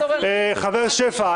חבר הכנסת שפע,